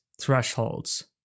thresholds